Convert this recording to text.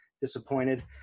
disappointed